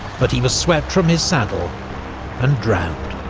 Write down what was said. but he was swept from his saddle and drowned.